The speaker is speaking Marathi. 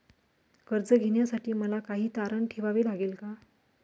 कर्ज घेण्यासाठी मला काही तारण ठेवावे लागेल का?